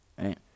right